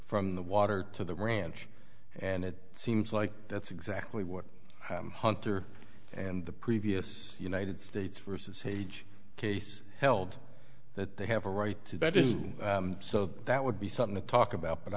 from the water to the ranch and it seems like that's exactly what hunter and the previous united states versus sage case held that they have a right to that is so that would be something to talk about